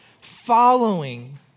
following